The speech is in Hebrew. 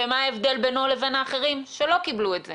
ומה ההבדל בינו לבין האחרים שלא קיבלו את זה?